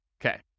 Okay